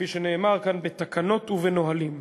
כפי שנאמר כאן, בתקנות ובנהלים.